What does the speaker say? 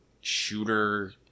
shooter